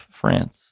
France